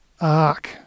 arc